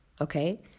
okay